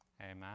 Amen